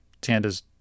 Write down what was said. Tanda's